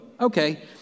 okay